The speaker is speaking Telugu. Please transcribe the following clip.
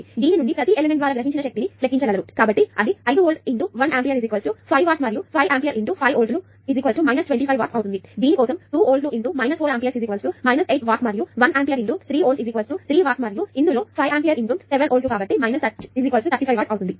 కాబట్టి దీని నుండి ప్రతి ఎలిమెంట్ ద్వారా గ్రహించిన శక్తిని లెక్కించగలరు కాబట్టి ఇది 5 వోల్ట్ 1 ఆంపియర్5 వాట్స్ మరియు 5 ఆంపియర్స్5 వోల్ట్లు కాబట్టి 25 వాట్స్ అవుతుందిమరియు దీని కోసం 2 వోల్ట్ల 4 ఆంపియర్ 8 వాట్స్ మరియు ఈ 1 ఆంపియర్ 3 వోల్ట్లు 3 వాట్స్ మరియు ఇందులో 5 ఆంపియర్ 7 వోల్ట్లు కాబట్టి 35 వాట్స్ అవుతుంది